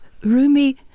Rumi